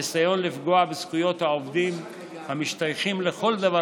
לניסיון לפגוע בזכויות העובדים המשתייכים לכל דבר